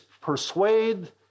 persuade